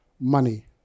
money